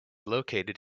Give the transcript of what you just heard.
located